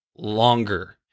longer